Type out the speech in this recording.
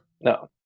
No